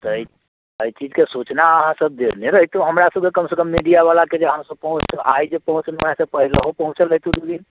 तऽ एहि एहि चीजके सूचना आहाँ सब देने रहितहुँ हमरा सबके कमसँ कम मीडिया बालाके जे आहाँ सब पहुँचू आइजे पहुँचलहुँ हँ से पहिलहुँ पहुँचल रहितहुँ दू दिन